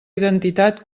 identitat